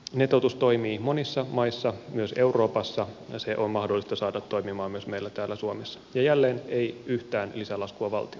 netotus toimii monissa maissa myös euroopassa ja se on mahdollista saada toimimaan myös meillä täällä suomessa ja jälleen ei yhtään lisälaskua valtiolle